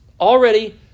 already